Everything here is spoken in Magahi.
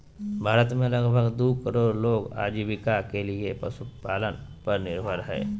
भारत में लगभग दू करोड़ लोग आजीविका के लिये पशुपालन पर निर्भर हइ